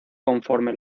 conforme